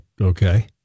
okay